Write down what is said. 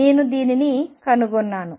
నేను దీనిని కనుగొన్నాను